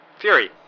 fury